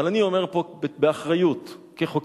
אבל אני אומר פה באחריות כחוקר,